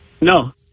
No